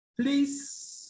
please